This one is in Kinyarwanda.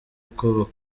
uko